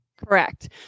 Correct